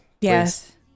yes